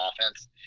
offense